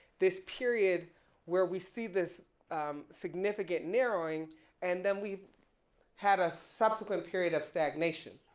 this period where we see this significant narrowing and then we had a subsequent period of stagnation.